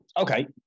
okay